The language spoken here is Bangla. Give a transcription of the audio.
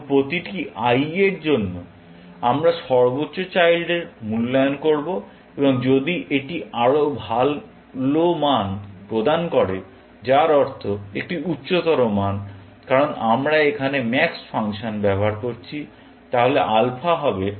সুতরাং প্রতিটি i এর জন্য আমরা সর্বোচ্চ চাইল্ডের মূল্যায়ন করব এবং যদি এটি আরও ভাল মান প্রদান করে যার অর্থ একটি উচ্চতর মান কারণ আমরা এখানে ম্যাক্স ফাংশন ব্যবহার করছি তাহলে আলফা হবে